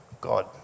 God